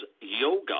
yoga